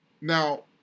Now